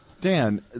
Dan